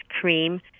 cream